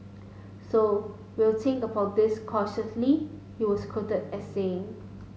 so we'll think about this cautiously he was quoted as saying